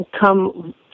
come